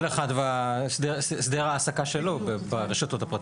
כל אחד והסדר ההעסקה שלו ברשתות הפרטיות.